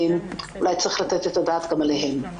אולי צריך לתת את הדעת גם עליהן.